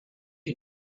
est